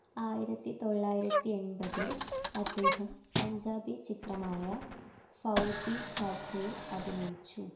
ആയിരത്തിതൊള്ളായിരത്തിയെൺപതിൽ അദ്ദേഹം പഞ്ചാബി ചിത്രമായ ഫൌജി ചാച്ചയിൽ അഭിനയിച്ചു